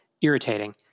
irritating